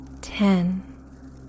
ten